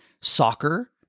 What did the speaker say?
soccer